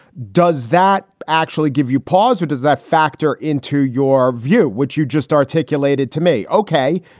does that actually give you pause or does that factor into your view, which you just articulated to me? ok.